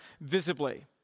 visibly